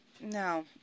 No